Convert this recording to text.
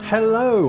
Hello